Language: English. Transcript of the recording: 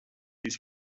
his